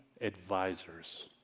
advisors